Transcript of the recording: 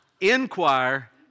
inquire